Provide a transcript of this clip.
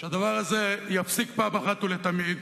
שהדבר הזה יפסיק פעם אחת ולתמיד